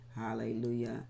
hallelujah